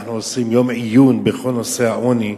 ואנחנו עושים יום עיון בכל נושא העוני,